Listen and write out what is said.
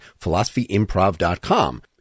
philosophyimprov.com